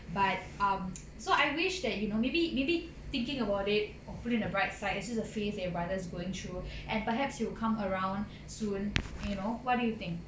but um so I wish that you know maybe maybe thinking about it or put in a bright side it's just a phase that your brother is going through and perhaps he will come around soon you know what do you think